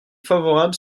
favorable